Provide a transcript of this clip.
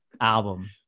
album